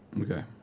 Okay